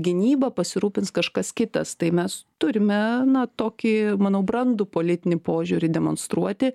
gynyba pasirūpins kažkas kitas tai mes turime na tokį manau brandų politinį požiūrį demonstruoti